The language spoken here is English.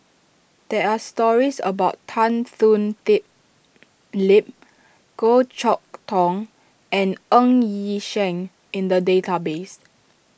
there are stories about Tan Thoon D Lip Goh Chok Tong and Ng Yi Sheng in the database